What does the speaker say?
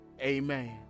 Amen